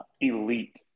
elite